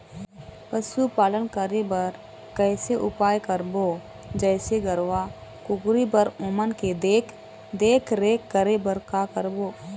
पशुपालन करें बर कैसे उपाय करबो, जैसे गरवा, कुकरी बर ओमन के देख देख रेख करें बर का करबो?